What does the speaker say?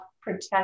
protect